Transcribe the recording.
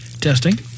Testing